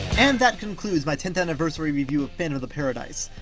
and that concludes my tenth anniversary review of phantom of the paradise.